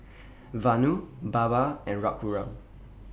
Vanu Baba and Raghuram